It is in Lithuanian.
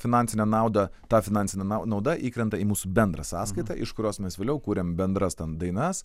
finansinę naudą ta finansinė nauda įkrenta į mūsų bendrą sąskaitą iš kurios mes vėliau kuriam bendras ten dainas